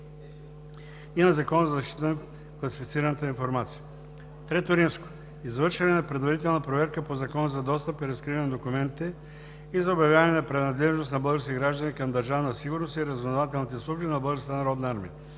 и на Закона за защита на класифицираната информация. III. Извършване на предварителна проверка по Закона за достъп и разкриване на документите и за обявяване на принадлежност на български граждани към Държавна сигурност и разузнавателните служби на Българската народна армия.